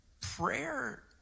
prayer